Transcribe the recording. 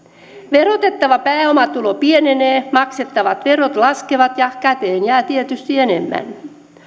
verotettava pääomatulo pienenee maksettavat verot laskevat ja käteen jää tietysti enemmän